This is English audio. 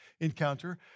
encounter